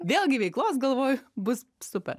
vėlgi veiklos galvoju bus super